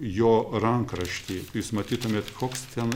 jo rankraštį jūs matytumėt koks ten